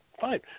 fine